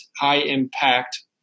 high-impact